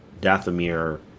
Dathomir